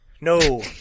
No